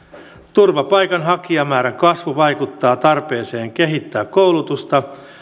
turvapaikanhakijamäärän kasvu vaikuttaa tarpeeseen kehittää koulutusta